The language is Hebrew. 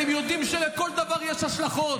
אתם יודעים שלכל דבר יש השלכות,